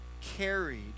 carried